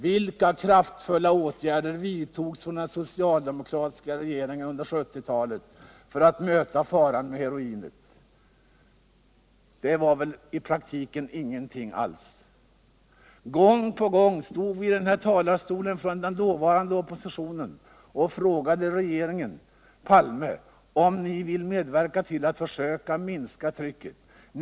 Vilka kraftfulla åtgärder vidtog den socialdemokratiska regeringen under 1970-talet för att möta faran från heroinet? Det var väl i praktiken inga alls. Gång på gång framförde vi från den dåvarande oppositionen från denna talarstol frågor till regeringen Palme om den ville medverka till att försöka minska trycket på detta område.